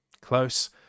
Close